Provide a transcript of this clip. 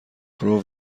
پرو